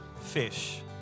fish